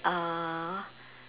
uh